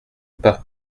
pas